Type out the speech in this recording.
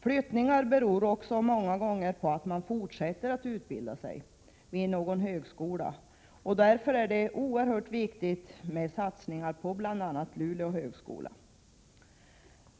Flyttningar beror också många gånger på att ungdomarna fortsätter att utbilda sig vid någon högskola. Därför är det oerhört viktigt med satsningar på bl.a. Luleå högskola.